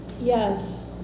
Yes